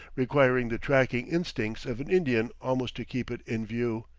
requiring the tracking instincts of an indian almost to keep it in view.